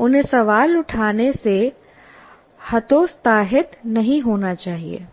उन्हें सवाल उठाने से हतोत्साहित नहीं होना चाहिए